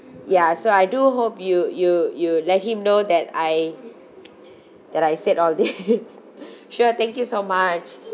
ya so I do hope you you you let him know that I that I said all these sure thank you so much